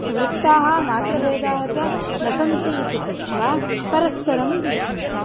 वृत्ताः मात्राभेदाः च न सन्ति इति कृत्वा परस्परं विद्यन्ते